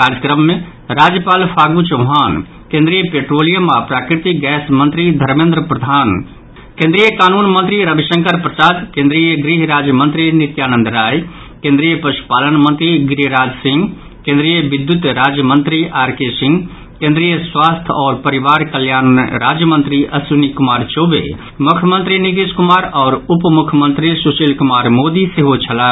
कार्यक्रम मे राज्यपाल फागू चौहान केन्द्रीय पेट्रीलियम आ प्राकृतिक गैस मंत्री धर्मेन्द्र प्रधान केन्द्रीय कानून मंत्री रविशंकर प्रसाद केन्द्रीय गृह राज्य मंत्री नित्यानंद राय केन्द्रीय पशुपालन मंत्री गिरिराज सिंह केन्द्रीय विद्युत राज्य मंत्री आर के सिंह केन्द्रीय स्वास्थ्य आओर परिवार कल्याण राज्य मंत्री अश्विनी कुमार चौबे मुख्यमंत्री नीतीश कुमार आओर उपमुख्यमंत्री सुशील कुमार मोदी सेहो छलाह